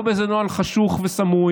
ולא באיזה נוהל חשוך וסמוי,